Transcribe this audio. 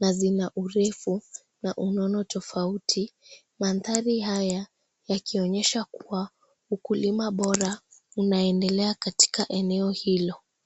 na zina urefu, na unono tofauti. Mandhari haya, hakionyesha yakua, ukulima bora unaendelea katika eneo hilo.